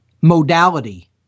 modality